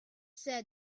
said